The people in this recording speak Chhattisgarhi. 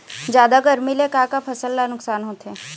जादा गरमी ले का का फसल ला नुकसान होथे?